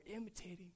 imitating